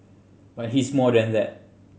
but he's more than that